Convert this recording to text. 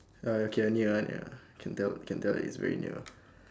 uh okay near one ya can tell can tell it's very near